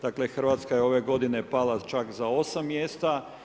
Dakle Hrvatska je ove godine pala čak za 8 mjesta.